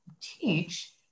teach